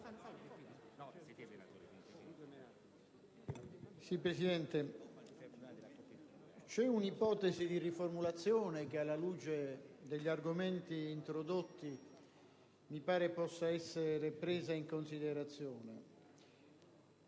Presidente, c'è un'ipotesi di riformulazione che, alla luce degli argomenti introdotti, mi pare possa essere presa in considerazione.